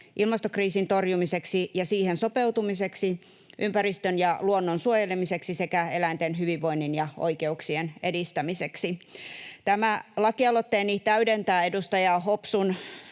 ilmastokriisin torjumiseksi ja siihen sopeutumiseksi, ympäristön ja luonnon suojelemiseksi sekä eläinten hyvinvoinnin ja oikeuksien edistämiseksi. Tämä lakialoitteeni täydentää edustaja Hopsun